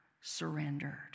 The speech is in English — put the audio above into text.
surrendered